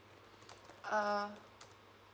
uh